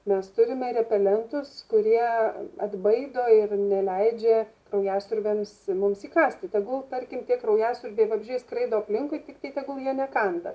mes turime repelentus kurie atbaido ir neleidžia kraujasiurbiams mums įkąsti tegul tarkim tie kraujasiurbiai vabzdžiai skraido aplinkui tiktai tegul jie nekanda